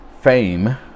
fame